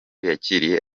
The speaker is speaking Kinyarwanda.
yakiriye